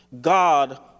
God